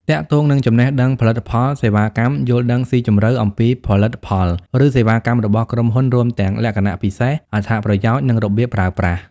ទាក់ទងនឹងចំណេះដឹងផលិតផល សេវាកម្ម យល់ដឹងស៊ីជម្រៅអំពីផលិតផល ឬសេវាកម្មរបស់ក្រុមហ៊ុន រួមទាំងលក្ខណៈពិសេស អត្ថប្រយោជន៍ និងរបៀបប្រើប្រាស់។